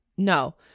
No